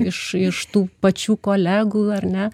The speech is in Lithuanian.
aš iš tų pačių kolegų ar ne